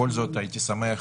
אני בכל זאת הייתי שמח